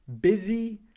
busy